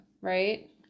right